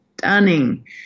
stunning